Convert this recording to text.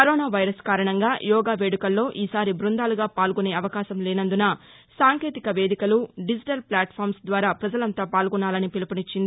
corona virus కారణంగా yoga వేదుకల్లో ఈసారి బృందాలుగా పాల్గొనే అవకాశం లేసందున సాంకేతిక వేదికలు డిజిటల్ ఫ్లాట్ఫామ్స్ ద్వారా ప్రజలంతా పాల్గొనాలని పిలుపునిచ్చింది